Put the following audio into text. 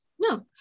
No